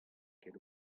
ket